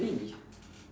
maybe